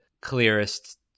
clearest